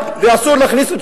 ואסור להכניס,